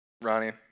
Ronnie